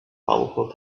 powerful